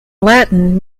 latin